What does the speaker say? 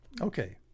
Okay